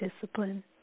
discipline